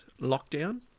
Lockdown